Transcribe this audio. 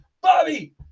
Bobby